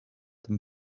them